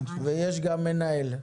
ויש גם מנהל.